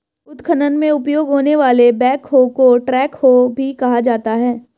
उत्खनन में उपयोग होने वाले बैकहो को ट्रैकहो भी कहा जाता है